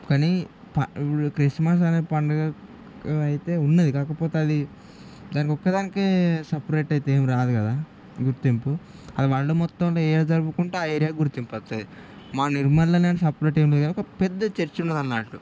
కానీ ప ఊర్లో క్రిస్మస్ అనే పండుగ అయితే ఉన్నాది కాకపోతే అది దానికొక్కదానికే సపరేట్ అయితే ఏం రాదు కదా గుర్తింపు అది వర్ల్డ్ మొత్తంలో ఎక్కడ జరుపుకుంటే ఆ ఏరియాకి గుర్తింపు వస్తుంది మా నిర్మల్ లోనే అని సపరేట్ ఏం లేదు కాని ఒక పెద్ద చర్చ్ ఉన్నాదన్నట్టు